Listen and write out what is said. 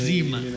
Zima